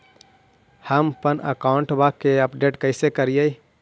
हमपन अकाउंट वा के अपडेट कैसै करिअई?